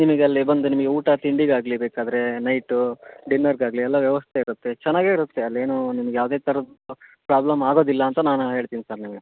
ನಿಮಗಲ್ಲಿ ಬಂದು ನಿಮಗೆ ಊಟ ತಿಂಡಿಗಾಗಲಿ ಬೇಕಾದರೆ ನೈಟು ಡಿನ್ನರ್ಗೆ ಆಗಲಿ ಎಲ್ಲ ವ್ಯವಸ್ಥೆ ಇರುತ್ತೆ ಚೆನ್ನಾಗೇ ಇರುತ್ತೆ ಅಲ್ಲಿ ಏನೂ ನಿಮ್ಗೆ ಯಾವುದೇ ಥರದ್ದು ಪ್ರಾಬ್ಲಮ್ ಆಗೋದಿಲ್ಲ ಅಂತ ನಾನು ಹೇಳ್ತೀನಿ ಸರ್ ನಿಮಗೆ